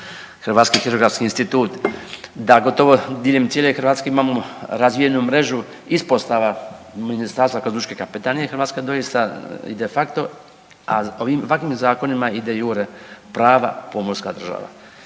Hrvatski …/nerazumljivo/… institut, da gotovo diljem cijele Hrvatske imamo razvijenu mrežu ispostava ministarstva kao lučke kapetanije, Hrvatska doista i de facto a ovim ovakvim zakonima i de jure prava pomorska država.